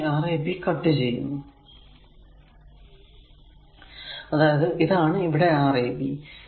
ഞാൻ ഈ Rab cut ചെയ്യുന്നു അതായതു ഇതാണ് ഈ Rab